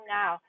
now